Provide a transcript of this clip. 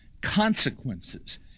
consequences